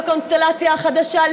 בקונסטלציה החדשה,